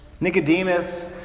Nicodemus